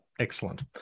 Excellent